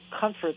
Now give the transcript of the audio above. comfort